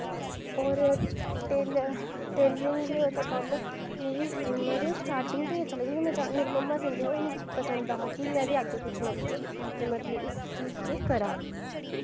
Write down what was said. और टेल्लरिंग दा कम्म मिगी मतलव स्टार्टिंग दा गै अच्छा लगदा मेरी मम्मा सींदे हे ओ मिगी पसंद हा की में बी अग्गें कुछ ना कुछ अपनी इस चीज़ च करां